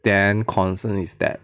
then concern is that